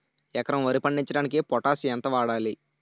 ఎకరం వరి పండించటానికి పొటాష్ ఎంత వాడాలి?